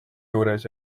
juures